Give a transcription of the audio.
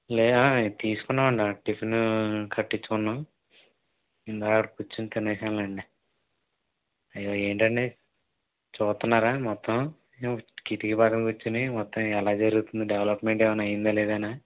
లేదండి తీసుకున్నామండీ టిఫిను కట్టిచ్చుకున్నాం ఇందాక అక్కడ కూర్చుని తినేశాంలేండి అయ్యో ఏంటండి చూస్తున్నారా మొత్తం కిటికీ పక్కన కూర్చుని మొత్తం ఎలా జరుగుతుంది డెవలప్మెంట్ ఏమైనా అయ్యిందా లేదనా